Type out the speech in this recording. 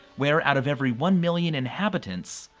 where out of every one million inhabitants,